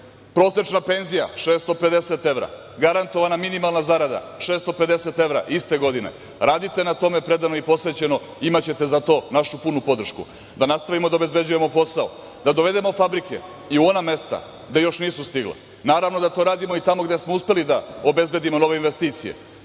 Prosečna penzija 650 evra. Garantovana minimalna zarada 650 iste godine. radite na tome predano i posvećeno, imaćete za to našu punu podršku. Da nastavimo da obezbeđujemo posao, da dovedemo fabrike i u ona mesta gde još nisu stigle. Naravno da to radimo tamo gde smo uspeli da ozbedimo nove investicije.